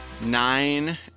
nine